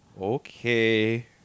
Okay